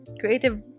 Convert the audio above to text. Creative